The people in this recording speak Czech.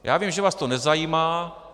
Já vím, že vás to nezajímá.